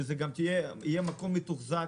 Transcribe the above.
אלא שזה יהיה מקום מתוחזק,